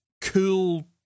cool